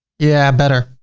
yeah, better.